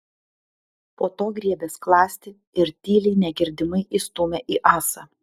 po to griebė skląstį ir tyliai negirdimai įstūmė į ąsą